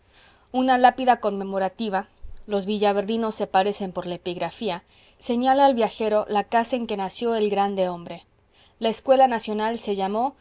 una lápida conmemorativa los villaverdinos se parecen por la epigrafía señala al viajero la casa en que nació el grande hombre la escuela nacional se llamó